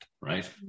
right